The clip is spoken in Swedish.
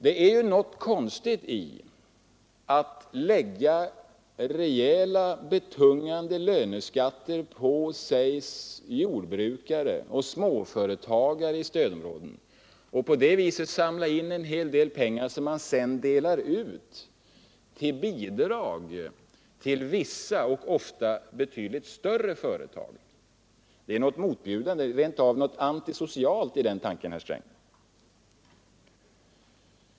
Det är ju något konstigt med att lägga tyngande löneskatter på jordbrukare och småföretagare i stödområdena och därigenom samla in en hel del pengar som man sedan delar ut som bidrag till vissa och ofta betydligt större företag. Det är något motbjudande, rent av något ”antisocialt” i den tanken, herr Sträng!